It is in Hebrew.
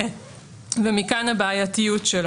ומכאן הבעייתיות שלו.